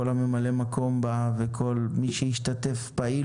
כל ממלאי המקום בה וכל מי שהשתתף בה באופן פעיל